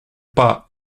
pas